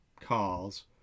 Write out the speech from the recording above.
cars